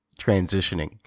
transitioning